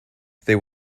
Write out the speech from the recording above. there